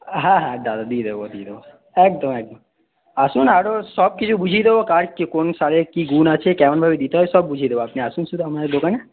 হ্যাঁ হ্যাঁ দাদা দিয়ে দেব দিয়ে দেব একদম একদম আসুন আরও সব কিছু বুঝিয়ে দেব কার কী কোন সারের কী গুন আছে কেমনভাবে দিতে হয় সব বুঝিয়ে দেব আপনি আসুন শুধু আমাদের দোকানে